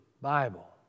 Bible